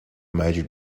major